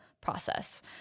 process